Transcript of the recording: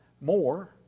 more